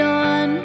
on